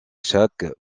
chaque